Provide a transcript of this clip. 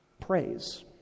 praise